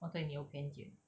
我对你有偏见